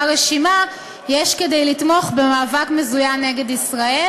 רשימה יש כדי לתמוך במאבק מזוין נגד ישראל?